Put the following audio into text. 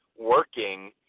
working